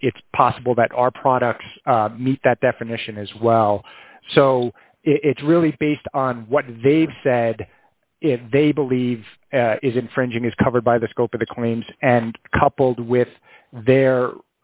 we it's possible that our products meet that definition as well so it's really based on what they've said if they believe is infringing is covered by the scope of the claims and coupled with